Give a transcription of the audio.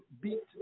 beat